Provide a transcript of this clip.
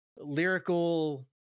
lyrical